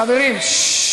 חברים, ששש.